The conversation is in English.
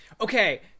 Okay